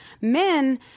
Men